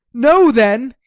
know then,